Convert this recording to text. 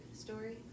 story